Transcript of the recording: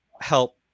help